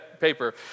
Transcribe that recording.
paper